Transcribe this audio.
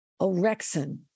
Orexin